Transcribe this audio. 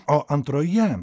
o antroje